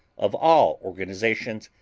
of all organizations,